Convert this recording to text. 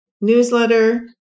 newsletter